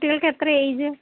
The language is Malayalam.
കുട്ടികൾക്ക് എത്ര ഏജ്